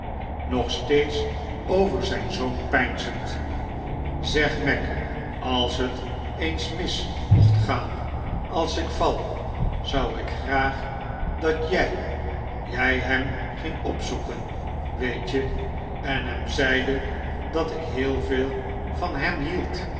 nog steeds over zijn zoon peinzend zeg mac als het eens mis mocht gaan als ik val zou ik graag dat jij jij hem ging opzoeken weet je en hem zeide dat ik heel veel van hem hield